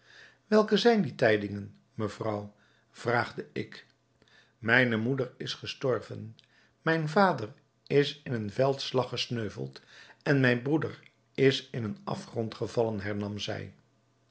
welke zijn die tijdingen mevrouw vraagde ik mijne moeder is gestorven mijn vader is in een veldslag gesneuveld en mijn broeder is in een afgrond gevallen hernam zij